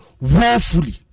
woefully